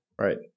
Right